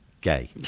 gay